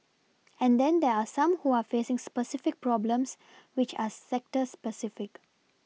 and then there are some who are facing specific problems which are sector specific